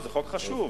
זה חוק חשוב.